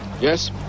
Yes